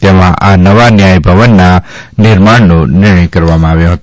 તેમાં આ નવા ન્યાય ભવનના નિર્માણનો નિર્ણય કરવામાં આવ્યો હતો